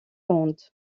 ondes